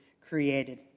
created